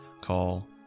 call